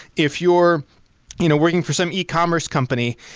if you're you know working for some ecommerce company,